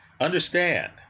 Understand